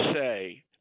say